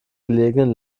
gelegenen